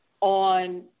on